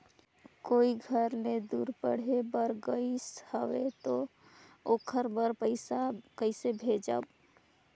कोई घर ले दूर पढ़े बर गाईस हवे तो ओकर बर पइसा कइसे भेजब?